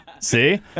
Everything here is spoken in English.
See